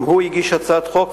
גם הוא הגיש הצעת חוק,